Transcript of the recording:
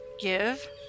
Give